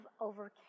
overcame